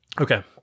okay